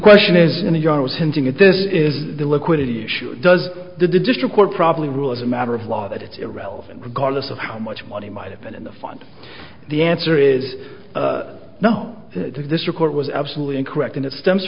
question is in the yard was hinting at this is the liquidity issue does the district court probably rule as a matter of law that it's irrelevant regardless of how much money might have been in the fund the answer is no this report was absolutely incorrect and it stems